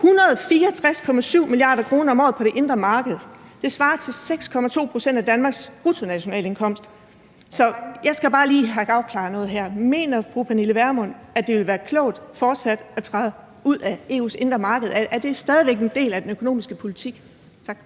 164,7 mia. kr. om året på det indre marked, og det svarer til 6,2 pct. af Danmarks bruttonationalindkomst. Så jeg skal bare lige have afklaret noget her: Mener fru Pernille Vermund fortsat, at det vil være klogt at træde ud af EU's indre marked? Er det stadig væk en del af den økonomiske politik at